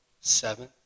seven